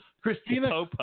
Christina